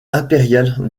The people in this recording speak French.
impérial